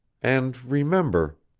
and remember,